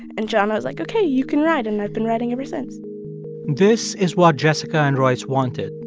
and john was like, ok, you can ride. and i've been riding ever since this is what jessica and royce wanted,